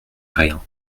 rien